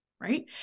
right